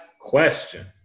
question